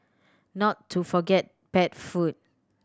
not to forget pet food